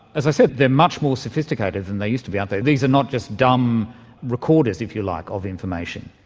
as i said, they're much more sophisticated than they used to be, aren't they, these are not just dumb recorders, if you like, of information.